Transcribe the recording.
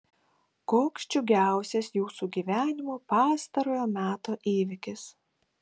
koks džiugiausias jūsų gyvenimo pastarojo meto įvykis